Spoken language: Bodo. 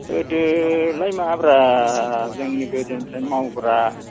गोदोलाय माब्रा जों गोदोनिफ्रायनो मावग्रा